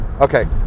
Okay